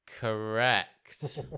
Correct